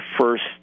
first